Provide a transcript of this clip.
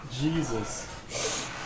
Jesus